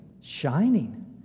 Shining